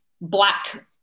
black